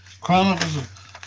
chronicles